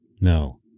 No